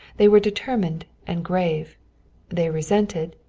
they were determined and grave they resented,